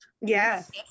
Yes